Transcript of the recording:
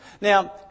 Now